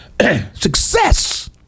Success